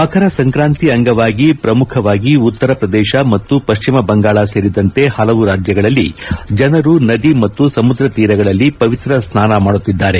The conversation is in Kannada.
ಮಕರ ಸಂಕ್ರಾಂತಿ ಅಂಗವಾಗಿ ಪ್ರಮುಖವಾಗಿ ಉತ್ತರ ಪ್ರದೇಶ ಮತ್ತು ಪಶ್ಚಿಮ ಬಂಗಾಳ ಸೇರಿದಂತೆ ಹಲವು ರಾಜ್ಯಗಳಲ್ಲಿ ಜನರು ನದಿ ಮತ್ತು ಸಮುದ್ರ ತೀರಗಳಲ್ಲಿ ಪವಿತ್ರ ಸ್ಥಾನ ಮಾಡುತ್ತಿದ್ದಾರೆ